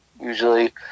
usually